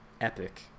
epic